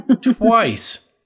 twice